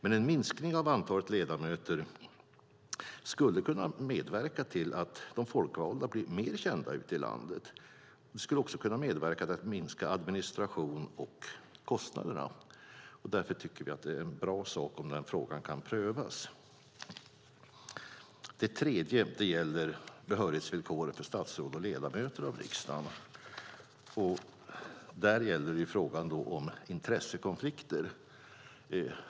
En minskning av antalet ledamöter skulle kunna medverka till att de folkvalda blev mer kända ute i landet. Det skulle också kunna medverka till att minska administration och kostnader. Därför tycker vi att det är en bra sak om den frågan kan prövas. Det tredje gäller behörighetsvillkor för statsråd och ledamöter av riksdagen. Där gäller frågan intressekonflikter.